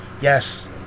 yes